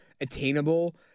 attainable